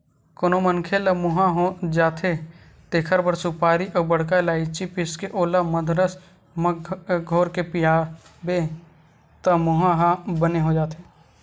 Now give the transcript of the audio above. कोनो मनखे ल मुंहा हो जाथे तेखर बर सुपारी अउ बड़का लायची पीसके ओला मंदरस म घोरके पियाबे त मुंहा ह बने हो जाथे